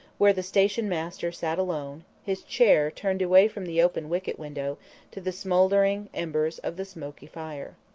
where the station master sat alone, his chair turned away from the open wicket window to the smouldering embers of the smoky fire.